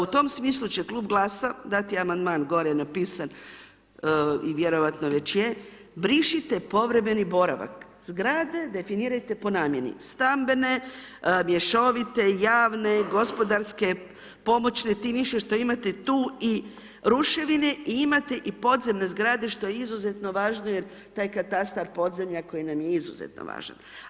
U tom smislu će Klub GLAS-a dati amandman gore napisan i vjerojatno već je brišite povremeni boravak zgrade, definirajte po namjeni stambene, mješovite, javne, gospodarske, pomoćne, tim više što imate tu i ruševine i imate i podzemne zgrade što je izuzetno važno jer taj katastar podzemlja koji nam je izuzetno važan.